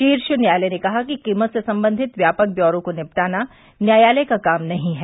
शीर्ष न्यायालय ने कहा कि कीमत से संबंधित व्यापक ब्यौरों को निपटाना न्यायालय का काम नहीं है